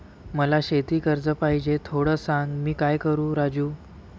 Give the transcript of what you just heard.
मला शेती कर्ज पाहिजे, थोडं सांग, मी काय करू राजू?